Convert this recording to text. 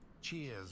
cheers